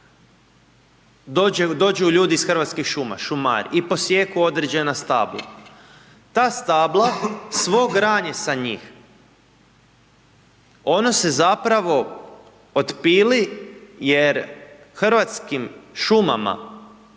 dođu ljudi iz Hrvatski šuma, šumari i posijeku određena stabla, ta stabla svo granje sa njih ona se zapravo otpili jer Hrvatskim šumama